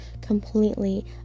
completely